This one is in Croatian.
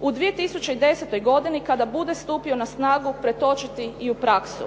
u 2010. godini kada bude stupio na snagu pretočiti i u praksu.